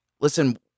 listen